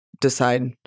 decide